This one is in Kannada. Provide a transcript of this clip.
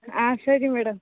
ಹಾಂ ಸರಿ ಮೇಡಮ್